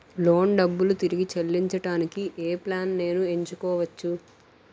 Loan డబ్బులు తిరిగి చెల్లించటానికి ఏ ప్లాన్ నేను ఎంచుకోవచ్చు?